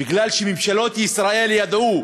בגלל שממשלות ישראל ידעו